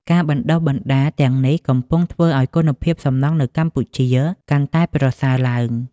ការបណ្តុះបណ្តាលទាំងនេះកំពុងធ្វើឱ្យគុណភាពសំណង់នៅកម្ពុជាកាន់តែប្រសើរឡើង។